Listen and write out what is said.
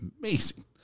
amazing